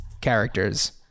characters